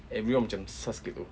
everyone macam sus